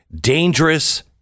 dangerous